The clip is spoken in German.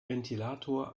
ventilator